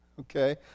Okay